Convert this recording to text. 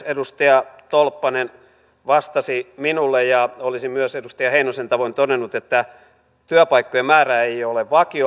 edustaja tolppanen vastasi minulle ja olisin myös edustaja heinosen tavoin todennut että työpaikkojen määrä ei ole vakio